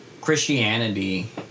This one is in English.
Christianity